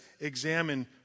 examine